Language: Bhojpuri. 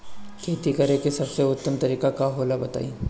खेती करे के सबसे उत्तम तरीका का होला बताई?